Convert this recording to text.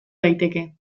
daiteke